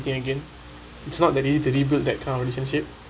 then again it's not that easy to rebuild that kind of relationship